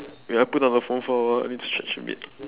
wait I want put down the phone for a while I need stretch a bit